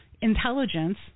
Intelligence